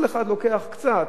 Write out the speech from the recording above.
כל אחד לוקח קצת.